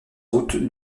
route